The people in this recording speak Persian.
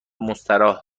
مستراح